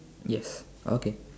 yes okay